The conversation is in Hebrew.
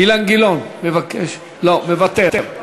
אילן גילאון, מוותר.